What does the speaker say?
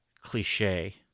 cliche